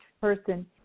person